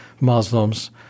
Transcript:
Muslims